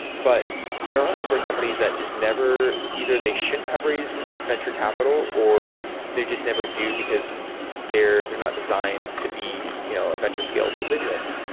but there are a number of companies that just never either they shouldn't have raised venture capital or they just never do, because they're they're not designed to be you know a venture scalable business.